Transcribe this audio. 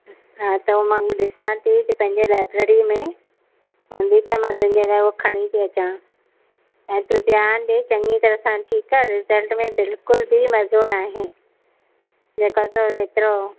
हा त उहो मां ॾिसां थी पंहिंजे लाइब्रेरी में हूंदी त मां तुंहिंजे लाइ उहो खणी थी अचां ऐं तू ध्यान ॾे चङी तरह सां ठीकु आहे रिसल्ट में बिल्कुल बि मज़ो न आहे जेको त एतिरो